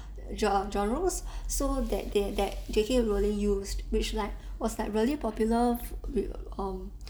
gen~ genres so that they that J_K rowling used which like was like really popular with um